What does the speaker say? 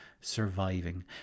surviving